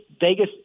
Vegas